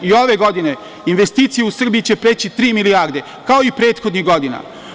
I ove godine investicije u Srbiji će preći tri milijarde, kao i prethodnih godina.